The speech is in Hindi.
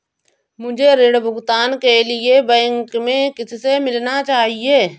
मुझे ऋण भुगतान के लिए बैंक में किससे मिलना चाहिए?